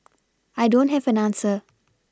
I don't have an answer